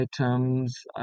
items